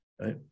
Right